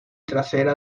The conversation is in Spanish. trasera